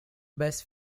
best